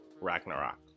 Ragnarok